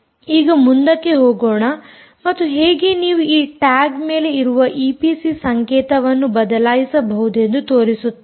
ಈಗ ಮುಂದಕ್ಕೆ ಹೋಗೋಣ ಮತ್ತು ಹೇಗೆ ನೀವು ಈ ಟ್ಯಾಗ್ ಮೇಲೆ ಇರುವ ಈಪಿಸಿ ಸಂಕೇತವನ್ನು ಬದಲಾಯಿಸಬಹುದೆಂದು ತೋರಿಸುತ್ತೇನೆ